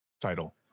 title